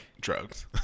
Drugs